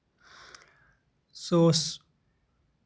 سُہ اوس